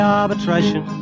arbitration